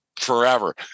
forever